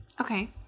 Okay